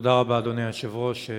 תודה רבה, אדוני היושב-ראש.